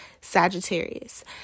Sagittarius